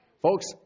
Folks